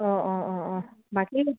অঁ অঁ অঁ অঁ বাকী